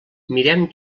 mirem